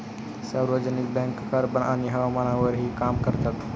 सार्वजनिक bank carbon आणि हवामानावरही काम करतात